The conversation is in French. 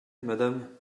madame